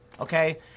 okay